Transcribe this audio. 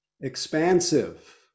expansive